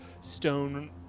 stone